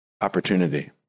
opportunity